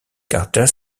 carter